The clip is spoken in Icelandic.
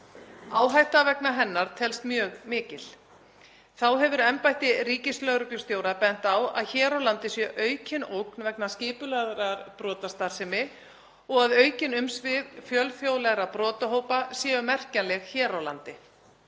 Áhætta vegna hennar telst mjög mikil. Þá hefur embætti ríkislögreglustjóra bent á að hér á landi sé aukin ógn vegna skipulagðrar brotastarfsemi og að aukin umsvif fjölþjóðlegra brotahópa séu merkjanleg hér á landi.